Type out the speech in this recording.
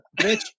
bitch